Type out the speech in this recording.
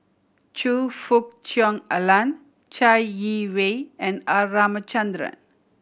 Choe Fook Cheong Alan Chai Yee Wei and R Ramachandran